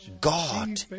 God